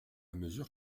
mesure